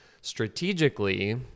strategically